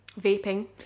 Vaping